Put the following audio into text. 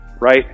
right